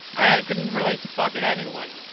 i. i couldn't relate to fucking anyone!